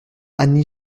annie